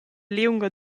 liunga